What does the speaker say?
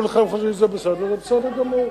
אם כולכם חושבים שזה בסדר, זה בסדר גמור.